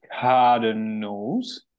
Cardinals